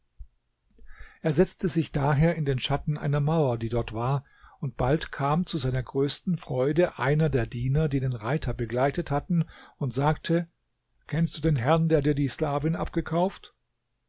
er setzte sich daher in den schatten einer mauer die dort war und bald kam zu seiner größten freude einer der diener die den reiter begleitet hatten und sagte kennst du den herrn der dir die sklavin abgekauft